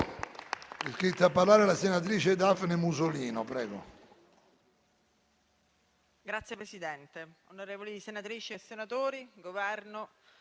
Grazie, presidente